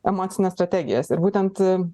emocines strategijas ir būtent